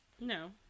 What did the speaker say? No